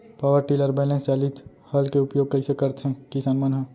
Power tiller बैलेंस चालित हल के उपयोग कइसे करथें किसान मन ह?